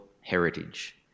heritage